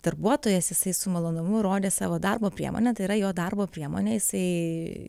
darbuotojas jisai su malonumu rodė savo darbo priemonę tai yra jo darbo priemonė jisai